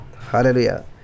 Hallelujah